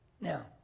Now